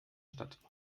stadt